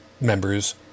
members